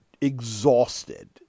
exhausted